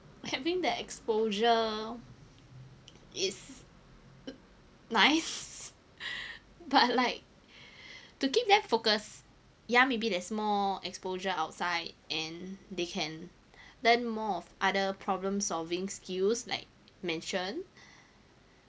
having the exposure is nice but like to keep them focus ya maybe there's more exposure outside and they can learn more on other problem solving skills like mentioned